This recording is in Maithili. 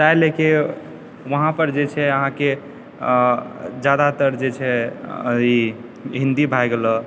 ताहि लयके वहाँ पर जे छै अहाँके जादातर जे छै ई हिन्दी भए गेलऽ